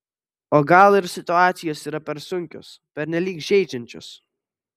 o gal ir situacijos yra per sunkios pernelyg žeidžiančios